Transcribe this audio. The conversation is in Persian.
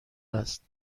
است